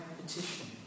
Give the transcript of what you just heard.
petition